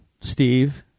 Steve